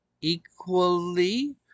equally